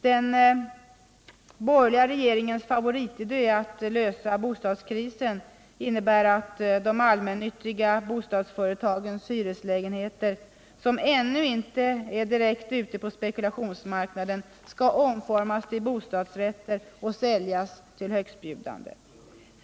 Den borgerliga regeringens favoritidé för att ”lösa” bostadskrisen innebär att de allmännyttiga bostadsföretagens hyreslägenheter, som ännu inte direkt är ute på spekulationsmarknaden, skall omformas till bostadsrätter och säljas till högstbjudande.